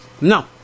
No